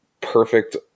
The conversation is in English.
perfect